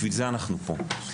בשביל זה אנחנו פה.